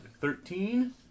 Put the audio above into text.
Thirteen